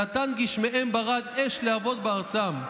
נתן גשמיהם ברד אש להבות בארצם.